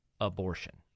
abortion